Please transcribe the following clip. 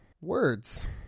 words